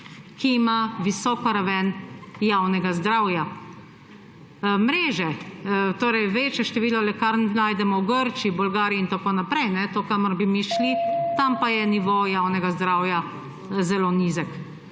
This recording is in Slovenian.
ki imajo visoko raven javnega zdravja. Mreže, torej večje število lekarn, najdemo v Grčiji, Bolgariji in tako naprej, tam, kamor bi mi šli, tam pa je nivo javnega zdravja zelo nizek.